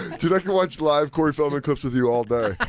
dude, i could watch live cory feldman clips with you all day.